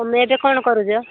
ତୁମେ ଏବେ କ'ଣ କରୁଛ